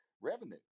revenue